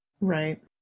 right